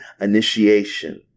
initiation